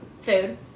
Food